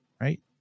right